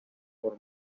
por